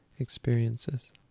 experiences